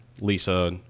Lisa